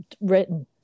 written